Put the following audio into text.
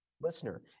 listener